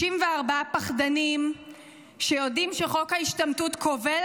64 פחדנים שיודעים שחוק ההשתמטות כובל